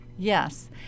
Yes